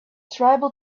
tribal